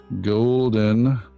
Golden